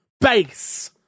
base